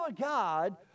God